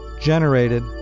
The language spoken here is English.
generated